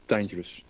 dangerous